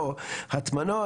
או לוחות אסבסט שנמצאים במוסדות,